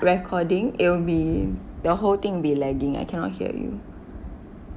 recording it'll be the whole thing will be lagging I cannot hear you